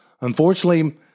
unfortunately